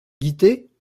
guittet